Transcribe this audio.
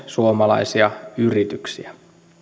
suomalaisia yrityksiä